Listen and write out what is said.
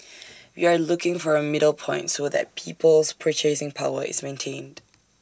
we are looking for A middle point so that people's purchasing power is maintained